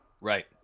Right